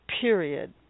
period